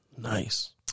Nice